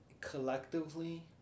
collectively